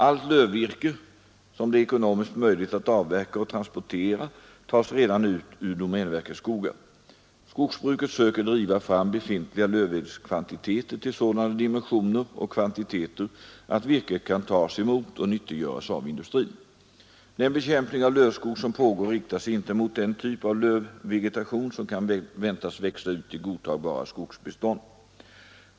Allt lövvirke som det är ekonomiskt möjligt att avverka och transportera tas redan ut ur domänverkets skogar. Skogsbruket söker driva fram befintliga lövvedskvantiteter till sådana dimensioner och kvantiteter att virket kan tas emot och nyttiggöras av industrin. Den bekämpning av lövskog som pågår riktar sig inte mot den typ av lövvegetation som kan väntas växa ut till godtagbara skogsbestånd.